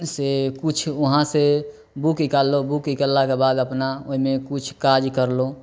से कुछ वहाँ से बुक निकाललहुॅं बुक निकाललाके बाद अपना ओहिमे किछु काज करलहुॅं